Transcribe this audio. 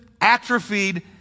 atrophied